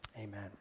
amen